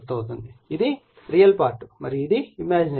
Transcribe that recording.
ఇది real part మరియు ఇది ఇమాజినరీ పార్ట్